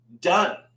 done